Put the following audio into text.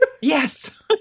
Yes